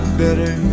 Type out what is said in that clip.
better